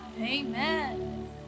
Amen